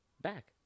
back